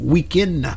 Weekend